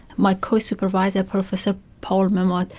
my co-supervisor, professor paul memmott,